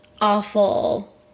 awful